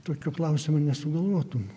tokių klausimų nesugalvotum